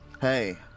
hey